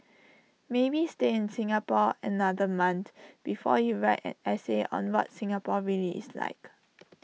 maybe stay in Singapore another month before you white an essay on what Singapore really is like